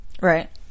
Right